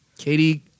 Katie